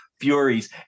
furies